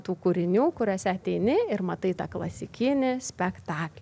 tų kūrinių kuriuose ateini ir matai tą klasikinį spektaklį